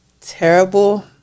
terrible